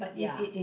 ya